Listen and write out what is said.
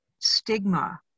stigma